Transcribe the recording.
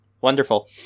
wonderful